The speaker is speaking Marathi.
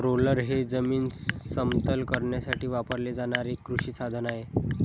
रोलर हे जमीन समतल करण्यासाठी वापरले जाणारे एक कृषी साधन आहे